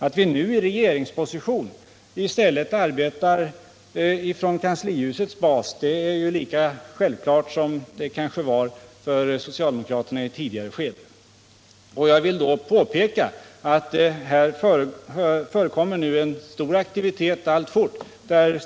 Att folkpartiet nu i regeringsposition i stället arbetar från kanslihusets bas är lika självklart som det var för socialdemokraterna i ett tidigare skede. Jag vill här påpeka att det förekommer en stor aktivitet alltfort från vårt håll.